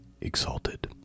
exalted